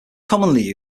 commonly